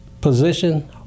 position